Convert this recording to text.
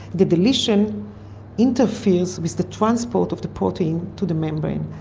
the deletion interferes with the transport of the protein to the membrane.